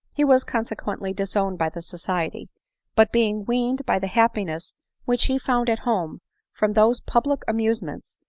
he was consequently dis owned by the society but being weaned by the happiness which he found at home from those public amusements